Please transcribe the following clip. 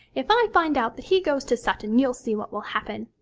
if i find out that he goes to sutton, you'll see what will happen.